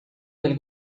del